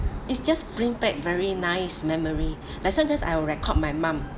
it just bring back very nice memory like sometimes I will record my mum